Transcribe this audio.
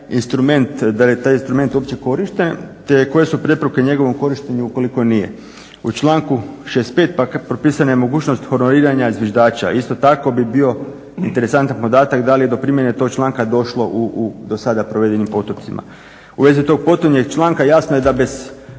da li je taj instrument uopće korišten, te koje su prepreke njegovom korištenju ukoliko nije. U članku 65. propisana je mogućnost honoriranja zviždača. Isto tako bi bio interesantan podataka da li je do primjene tog članka došlo u dosada provedenim postupcima. U vezi to potonjeg članka jasno je da bez